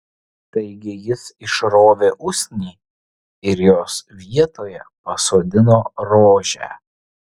taigi jis išrovė usnį ir jos vietoje pasodino rožę